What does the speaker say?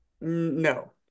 No